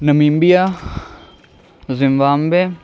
Namibia Zimbabwe